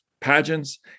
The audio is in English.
pageants